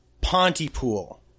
Pontypool